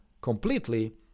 completely